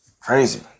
Crazy